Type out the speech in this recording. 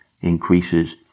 increases